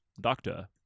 doctor